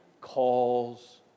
calls